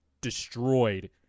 destroyed